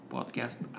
Podcast